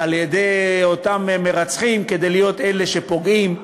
על-ידי אותם מרצחים כדי להיות אלה שפוגעים,